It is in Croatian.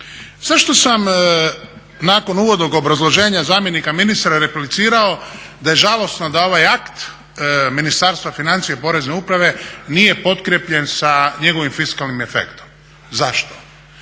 Zašto sam nakon uvodnog obrazloženja zamjenika ministra replicirao da je žalosno da ovaj akt Ministarstva financija i Porezne uprave nije potkrijepljen sa njegovim fiskalnim efektom. Zašto?